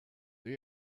they